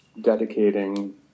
dedicating